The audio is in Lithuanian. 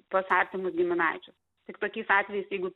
pas artimus giminaičius tik tokiais atvejais jeigu